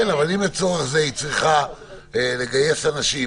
אם לצורך זה היא צריכה לגייס אנשים,